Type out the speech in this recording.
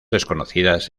desconocidas